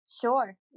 Sure